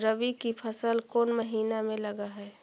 रबी की फसल कोन महिना में लग है?